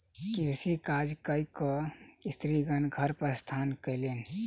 कृषि कार्य कय के स्त्रीगण घर प्रस्थान कयलैन